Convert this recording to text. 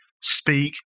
speak